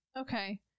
Okay